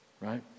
right